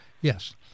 yes